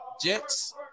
Jets